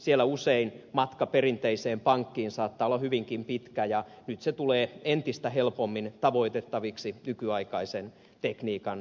siellä usein matka perinteiseen pankkiin saattaa olla hyvinkin pitkä ja nyt se tulee entistä helpommin tavoitettavaksi nykyaikaisen tekniikan avulla